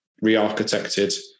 re-architected